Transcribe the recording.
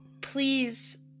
please